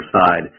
side